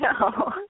no